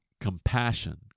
compassion